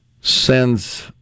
sends